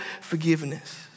forgiveness